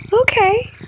Okay